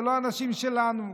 זה לא אנשים שלנו.